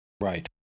right